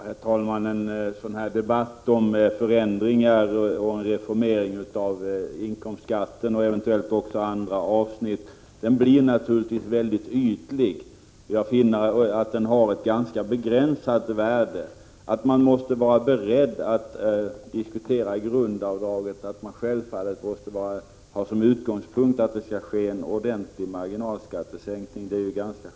Herr talman! En sådan här debatt om reformering av inkomstskatten och eventuellt också andra avsnitt blir naturligtvis mycket ytlig, och jag finner att den har ganska begränsat värde. Man måste vara beredd att diskutera grundavdraget, och man måste självfallet ha som utgångspunkt att det skall ske en ordentlig marginalskattesänkning.